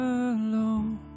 alone